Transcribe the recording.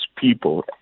people